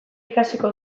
ikasiko